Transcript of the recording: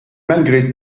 malgré